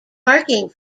parking